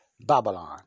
Babylon